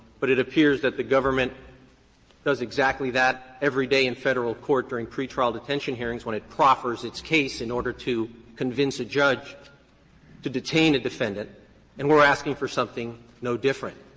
but it appears that the government does exactly that every day in federal court during pretrial detention hearings when it proffers its case in order to convince a judge to detain a defendant and we're asking for something no different.